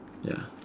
ya